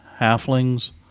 halflings